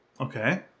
Okay